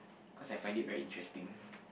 cause I find it very interesting